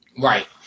right